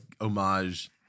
homage